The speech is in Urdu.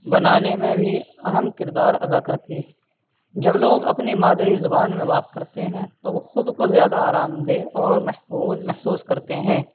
بنانے میں بھی اہم کردار ادا کرتی ہے جب لوگ اپنی مادری زبان میں بات کرتے ہیں تو وہ خود کو زیادہ آرام دہ اور محفوظ محسوس کرتے ہیں